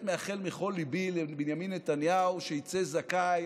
מאחל מכל ליבי לבנימין נתניהו שיצא זכאי.